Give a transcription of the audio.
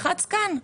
לחץ כאן.